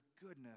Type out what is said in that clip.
goodness